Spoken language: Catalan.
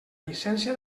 llicència